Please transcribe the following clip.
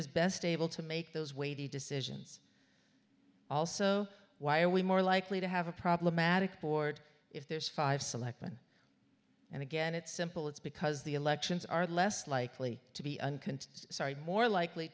is best able to make those weighty decisions also why are we more likely to have a problematic board if there's five selectman and again it's simple it's because the elections are less likely to be unkind sorry more likely